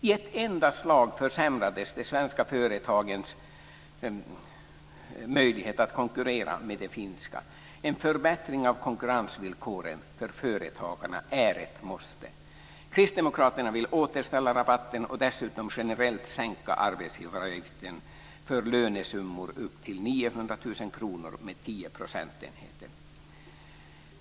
I ett enda slag försämrades de svenska företagens möjlighet att konkurrera med de finska. En förbättring av konkurrensvillkoren för företagarna är ett måste. Kristdemokraterna vill återställa rabatten och dessutom generellt sänka arbetsgivaravgiften för lönesummor upp till 900 000 kr med 10 procentenheter.